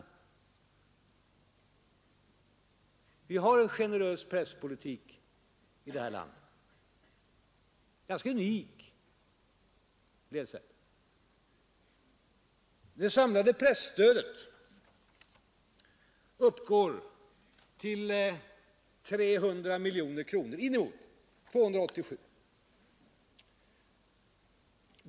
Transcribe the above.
Vi har en generös presspolitik i det här landet. Den är ganska unik. Det samlade presstödet uppgår till 287 miljoner kronor.